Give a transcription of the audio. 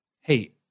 hey